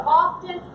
often